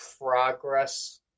progress